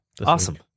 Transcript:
Awesome